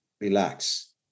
relax